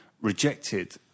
rejected